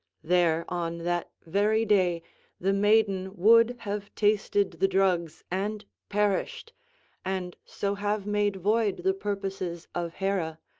there on that very day the maiden would have tasted the drugs and perished and so have made void the purposes of hera,